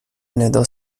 ندا